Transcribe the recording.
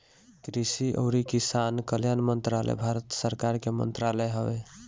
कृषि अउरी किसान कल्याण मंत्रालय भारत सरकार के मंत्रालय हवे